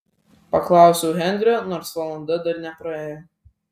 paklausiau henrio nors valanda dar nepraėjo